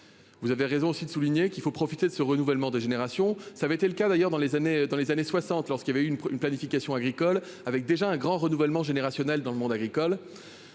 Vous avez raison aussi de souligner qu'il faut profiter de ce renouvellement des générations. Ça avait été le cas d'ailleurs dans les années, dans les années 60 lorsqu'il avait eu une, une planification agricole avec déjà un grand renouvellement générationnel dans le monde agricole.